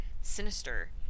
sinister